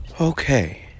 Okay